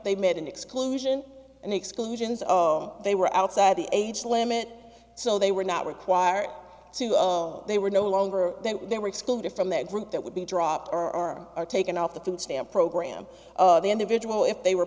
they made an exclusion and exclusions they were outside the age limit so they were not required to they were no longer then they were excluded from that group that would be dropped or are taken off the food stamp program of the individual if they were